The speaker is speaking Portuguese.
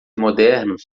modernos